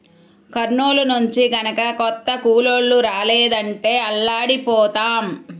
కర్నూలు నుంచి గనక కొత్త కూలోళ్ళు రాలేదంటే అల్లాడిపోతాం